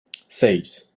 seis